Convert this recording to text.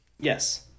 Yes